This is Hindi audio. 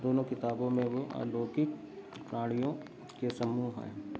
दोनों किताबों में भी अलौकिक प्राणियों के समूह हैं